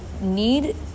need